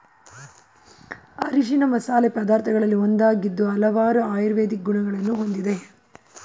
ಅರಿಶಿಣ ಮಸಾಲೆ ಪದಾರ್ಥಗಳಲ್ಲಿ ಒಂದಾಗಿದ್ದು ಹಲವಾರು ಆಯುರ್ವೇದಿಕ್ ಗುಣಗಳನ್ನು ಹೊಂದಿದೆ